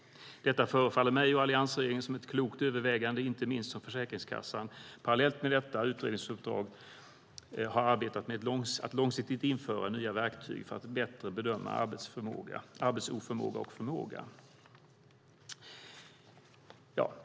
Detta förefaller mig och alliansregeringen som ett klokt övervägande, inte minst som Försäkringskassan parallellt med detta utredningsuppdrag har arbetat med att långsiktigt införa nya verktyg för att bättre bedöma arbetsoförmåga och förmåga.